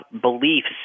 beliefs